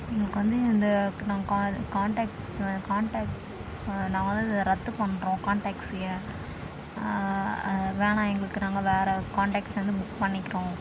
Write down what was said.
எங்களுக்கு வந்து இந்த க நாங்கள் கா இதை கான்டாக்ட் கான்டாக்ட் நாங்கள் வந்து இதை ரத்து பண்ணுறோம் கான் டேக்ஸியை வேணாம் எங்களுக்கு நாங்கள் வேறு கான் டேக்ஸி வந்து புக் பண்ணிக்கிறோம்